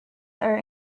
are